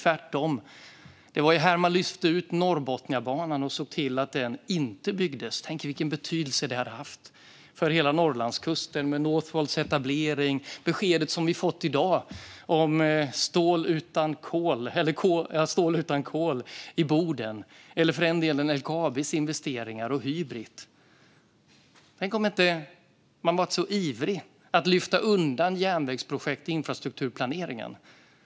Tvärtom var det här man lyfte ut Norrbotniabanan och såg till att den inte byggdes. Tänk vilken betydelse det skulle ha haft för hela Norrlandskusten med Northvolts etablering och beskedet som vi har fått i dag om stål utan kol i Boden och för den delen LKAB:s investeringar och Hybrit. Tänk om man inte hade varit så ivrig att lyfta undan järnvägsprojekt i infrastrukturplaneringen.